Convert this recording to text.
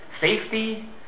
Safety